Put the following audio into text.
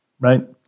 Right